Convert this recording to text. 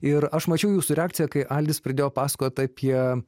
ir aš mačiau jūsų reakciją kai aldis pradėjo pasakot apie